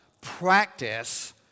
practice